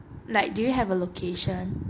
like do you have a location